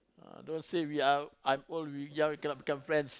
ah don't say we are I'm old you're young we cannot be friends